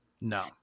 No